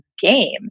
game